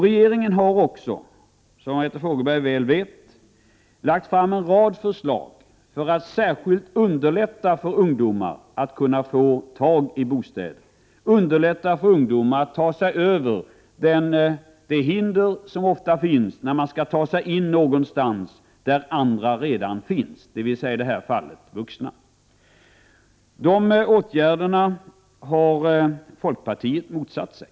Regeringen har också, som Margareta Fogelberg väl vet, lagt fram en rad förslag för att underlätta särskilt för ungdomar att få tag i bostad, underlätta för ungdomar att ta sig över de hinder som ofta finns när det gäller att ta sig in någonstans där andra redan finns, dvs. i detta fall vuxna. De åtgärderna har folkpartiet motsatt sig.